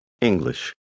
English